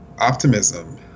optimism